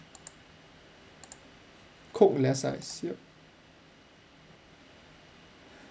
coke less ice shiok